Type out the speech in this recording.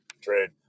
Trade